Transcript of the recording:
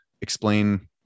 explain